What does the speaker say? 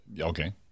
Okay